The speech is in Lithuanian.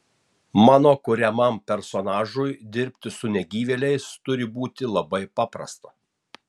mano kuriamam personažui dirbti su negyvėliais turi būti labai paprasta